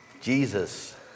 Jesus